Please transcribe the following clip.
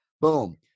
boom